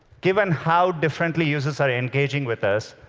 given how differently users are engaging with us,